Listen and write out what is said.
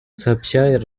сообща